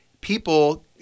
people